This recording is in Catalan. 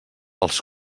els